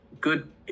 good